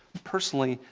personally,